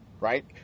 right